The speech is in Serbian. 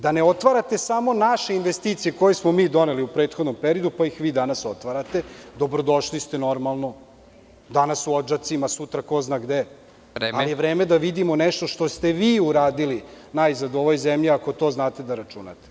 Da ne otvarate samo naše investicije koje smo mi doneli u prethodnom periodu, pa ih vi danas otvarate, dobrodošli ste normalno, danas u Odžacima, sutra ko zna gde, ali je vreme da vidimo nešto što ste vi uradili najzad u ovoj zemlji, ako znate to da računate.